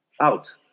out